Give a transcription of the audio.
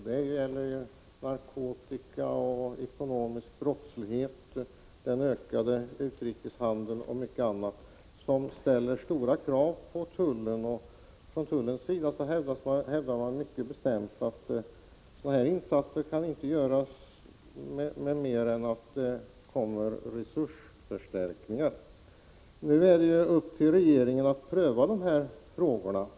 Det gäller narkotika, ekonomisk brottslighet, den ökade utrikeshandeln och mycket annat, som ställer stora krav på tullen. Från tullens sida hävdar man mycket bestämt att sådana insatser inte kan göras med mindre än att resursförstärkningar tillkommer. Nu är det upp till regeringen att pröva dessa frågor.